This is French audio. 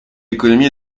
économie